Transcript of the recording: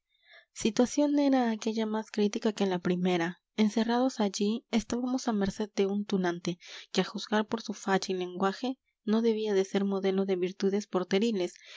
situación era aquella más crítica que la primera encerrados allí estábamos a merced de un tunante que a juzgar por su facha y lenguaje no debía de ser modelo de virtudes